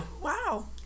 Wow